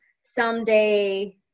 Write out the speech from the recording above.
someday